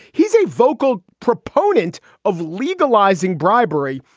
he's a vocal proponent of legalizing bribery.